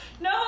no